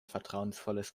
vertrauensvolles